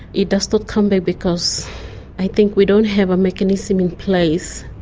it does not come back because i think we don't have a mechanism in place.